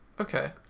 okay